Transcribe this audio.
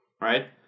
right